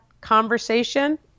conversation